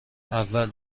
اول